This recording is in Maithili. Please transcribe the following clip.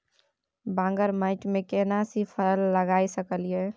बांगर माटी में केना सी फल लगा सकलिए?